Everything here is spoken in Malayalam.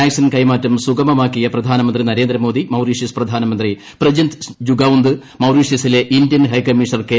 വാക്സിൻ കൈമാറ്റം സുഗമമാക്കിയ പ്രധാനമന്ത്രി നരേന്ദ്രമോദി മൌറീഷസ് പ്രധാനമന്ത്രി പ്രവിന്ത് ജുഗ്നൌദ് മൌറീഷ്യസിലെ ഇന്ത്യൻ ഹൈക്കമ്മീഷണർ കെ